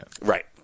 Right